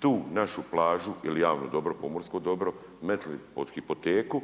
tu našu plažu ili javno dobro, pomorsko dobro, metnuli pod hipoteku